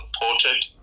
reported